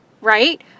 right